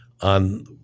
on